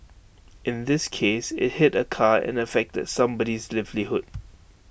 in this case IT hit A car and affected somebody's livelihood